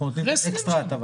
אז אנחנו נותנים אקסטרה הטבה.